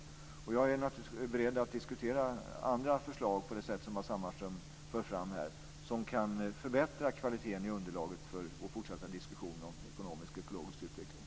Jag är naturligtvis beredd att diskutera andra förslag på det sätt som Matz Hammarström för fram här och som kan förbättra kvaliteten i underlaget för vår fortsatta diskussion om ekonomisk och ekologisk utveckling.